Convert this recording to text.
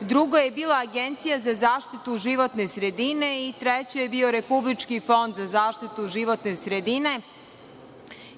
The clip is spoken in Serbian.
drugo je bilo Agencija za zaštitu životne sredine i treće je bilo Republički fond za zaštitu životne sredine.